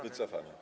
Wycofane.